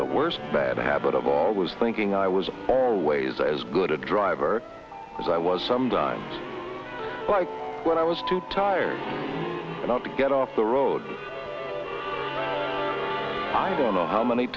the worst bad habit of all was thinking i was always as good a driver as i was some time when i was too tired not to get off the road i don't know how many